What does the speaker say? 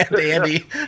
Andy